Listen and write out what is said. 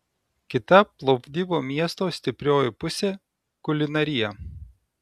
kita plovdivo miesto stiprioji pusė kulinarija